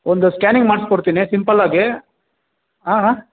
ಒಂದು ಸ್ಕ್ಯಾನಿಂಗ್ ಮಾಡಿಸ್ಕೊಡ್ತೀನಿ ಸಿಂಪಲ್ ಆಗಿ ಹಾಂ ಹಾಂ